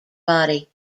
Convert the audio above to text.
body